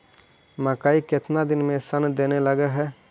मकइ केतना दिन में शन देने लग है?